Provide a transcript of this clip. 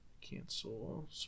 cancel